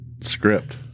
script